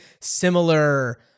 similar